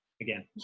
again